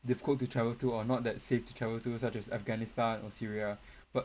difficult to travel to or not that safe to travel to such as afghanistan or syria but